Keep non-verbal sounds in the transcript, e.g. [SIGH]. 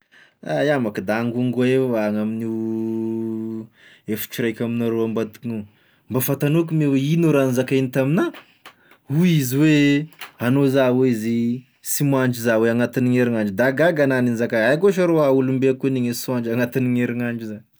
Ah iaho manko da angongo eo va amin'io [HESITATION] hefitry raiky aminareo ambadikigny ao mba fantanao koa moa hoe ino raha nozakainy tamina, hoy izy hoe anao za hoy ozy sy mandro zao hoe agnatignin'herignandro da gaga agny aho nizakany ay koa sha rô hoy aho olombe koa agnigny izy sy hoandro agnatigne herignandro.